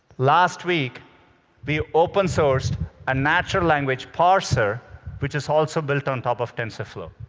last week we open-sourced a natural language parser which is also built on top of tensorflow.